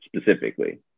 specifically